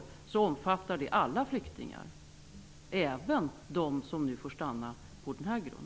Beslutet omfattar alla flyktingar -- alltså även dem som får stanna på denna grund.